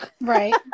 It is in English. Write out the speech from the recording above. Right